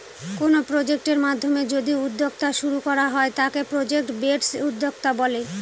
কোনো প্রজেক্টের মাধ্যমে যদি উদ্যোক্তা শুরু করা হয় তাকে প্রজেক্ট বেসড উদ্যোক্তা বলে